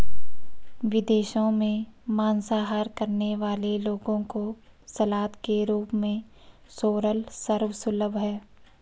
विदेशों में मांसाहार करने वाले लोगों को सलाद के रूप में सोरल सर्व सुलभ है